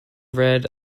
read